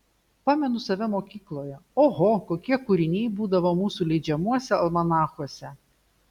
pamenu save mokykloje oho kokie kūriniai būdavo mūsų leidžiamuose almanachuose